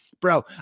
Bro